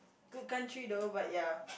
good country though but ya